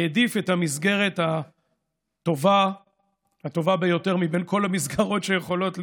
העדיף את המסגרת הטובה ביותר מבין כל המסגרות שיכולות להיות,